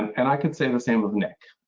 and i could say the same of nick.